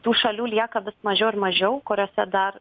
tų šalių lieka vis mažiau ir mažiau kuriose dar